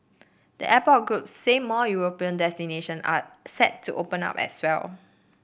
the airport of group said more European destination are set to open up as well